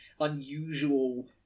unusual